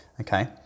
okay